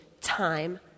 time